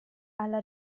alla